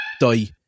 die